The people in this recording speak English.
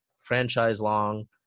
franchise-long